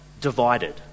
divided